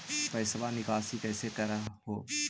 पैसवा निकासी कैसे कर हो?